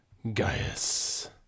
Gaius